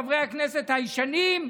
חברי הכנסת הישנים,